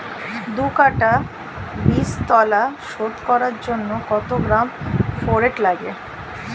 দু কাটা বীজতলা শোধন করার জন্য কত গ্রাম ফোরেট লাগে?